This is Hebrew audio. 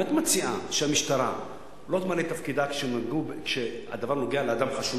אם את מציעה שהמשטרה לא תמלא את תפקידה כשהדבר נוגע לאדם חשוב,